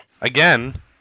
Again